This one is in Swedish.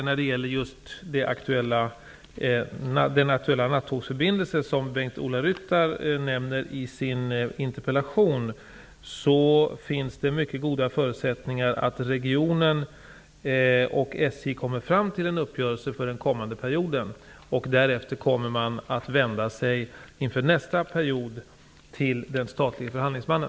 När det gäller den aktuella nattågsförbindelse som Bengt-Ola Ryttar nämner i sin interpellation, finns det mycket goda förutsättningar att regionen och SJ kommer fram till en uppgörelse för den kommande perioden. Inför nästa period kommer man att vända sig till den statliga förhandlingsmannen.